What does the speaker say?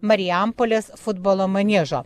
marijampolės futbolo maniežo